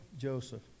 Joseph